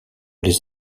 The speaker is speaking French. les